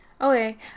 okay